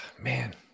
man